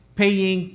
paying